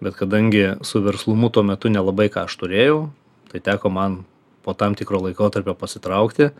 bet kadangi su verslumu tuo metu nelabai ką aš turėjau tai teko man po tam tikro laikotarpio pasitraukti